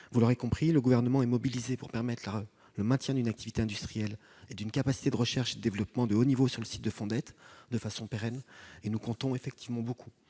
Vous l'aurez compris, le Gouvernement est mobilisé pour permettre le maintien d'une activité industrielle et d'une capacité de recherche et développement de haut niveau sur le site de Fondettes, et ce de façon pérenne. Nous comptons beaucoup